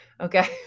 Okay